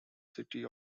city